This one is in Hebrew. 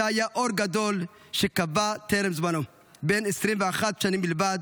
שי היה אור גדול שכבה טרם זמנו, בן 21 שנים בלבד.